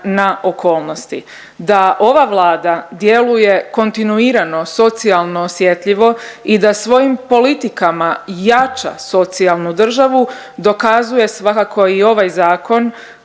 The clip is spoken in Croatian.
na okolnosti. Da ova Vlada djeluje kontinuirano, socijalno osjetljivo i da svojim politikama jača socijalnu državu, dokazuje svakako i ovaj zakon